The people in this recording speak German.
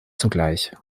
zugleich